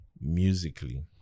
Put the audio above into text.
Musically